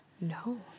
No